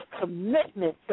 commitment